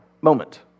moment